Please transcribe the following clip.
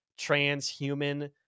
transhuman